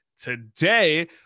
Today